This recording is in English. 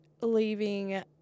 leaving –